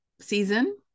season